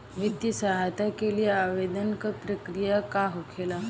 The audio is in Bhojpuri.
वित्तीय सहायता के लिए आवेदन क प्रक्रिया कैसे होखेला?